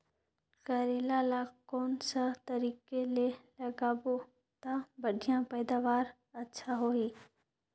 करेला ला कोन सा तरीका ले लगाबो ता बढ़िया पैदावार अच्छा होही?